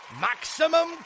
maximum